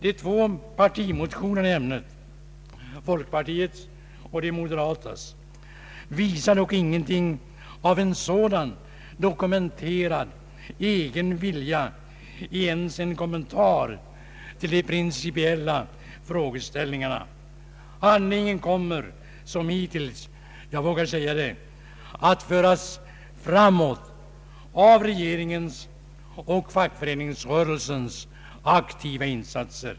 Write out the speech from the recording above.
De två partimotionerna i ämnet — folkpartiets och de moderatas — visar dock ingenting av en sådan dokumenterad egen vilja i ens en kommentar till de principiella frågeställningarna. Handlingen kommer som hittills att föras framåt av regeringens och fackföreningsrörelsens aktiva insatser.